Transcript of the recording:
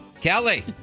Kelly